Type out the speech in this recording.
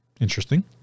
interesting